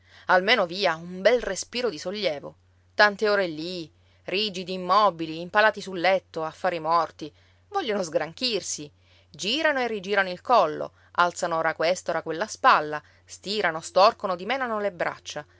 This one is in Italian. almeno via un bel respiro di sollievo tante ore lì rigidi immobili impalati su un letto a fare i morti vogliono sgranchirsi girano e rigirano il collo alzano ora questa ora quella spalla stirano storcono dimenano le braccia